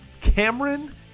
Cameron